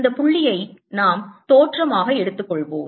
இந்த புள்ளியை நாம் தோற்றமாக எடுத்துக்கொள்வோம்